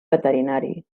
veterinari